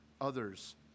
others